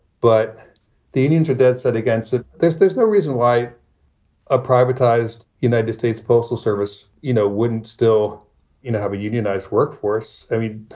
but the unions are dead set against it. there's there's no reason why a privatized united states postal service, you know, wouldn't still you know have a unionized workforce. i mean,